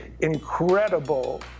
incredible